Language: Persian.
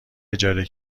اجاره